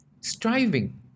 striving